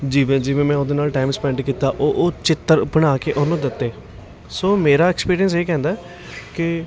ਜਿਵੇਂ ਜਿਵੇਂ ਮੈਂ ਉਹਦੇ ਨਾਲ ਟਾਈਮ ਸਪੈਂਡ ਕੀਤਾ ਉਹ ਉਹ ਚਿੱਤਰ ਬਣਾ ਕੇ ਉਹਨੂੰ ਦਿੱਤੇ ਸੋ ਮੇਰਾ ਐਕਸਪੀਰੀਐਂਸ ਇਹ ਕਹਿੰਦਾ ਕਿ